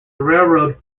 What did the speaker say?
railroad